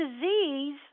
disease